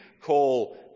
call